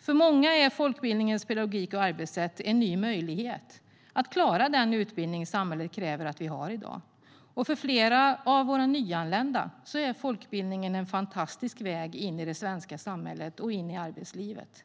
För många är folkbildningens pedagogik och arbetssätt en ny möjlighet att klara den utbildning som samhället kräver att vi har i dag, och för flera av våra nyanlända är folkbildningen en fantastisk väg in i det svenska samhället och in i arbetslivet.